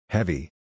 Heavy